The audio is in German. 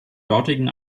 dortigen